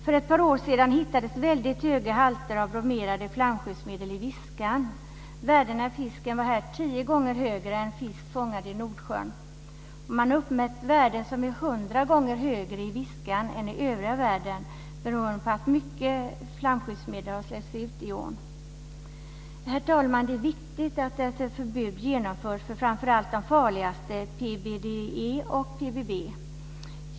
För ett par år sedan hittades i Viskan väldigt höga halter av bromerade flamskyddsmedel. Värdena i fisken där var tio gånger högre än i fisk fångad i Nordsjön. Värden har uppmätts i Viskan som är hundra gånger högre än i övriga världen, beroende på att mycket flamskyddsmedel har släppts ut i ån. Herr talman! Det är viktigt att ett förbud genomförs framför allt avseende de farligaste ämnena, PBDE och PBB.